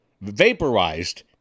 vaporized